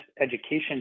education